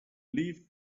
leave